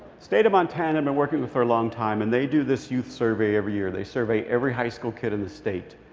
state of montana i've been working with for a long time, and they do this youth survey every year. they survey every high school kid in the state.